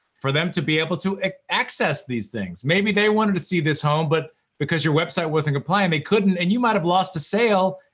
for them to be able to access these things. maybe they wanted to see this home, but because your website wasn't compliant, they couldn't and you might've lost a sale,